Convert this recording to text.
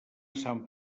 sant